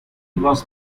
was